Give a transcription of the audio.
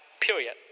Period